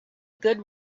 good